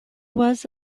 was